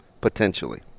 potentially